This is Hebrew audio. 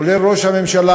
כולל ראש הממשלה,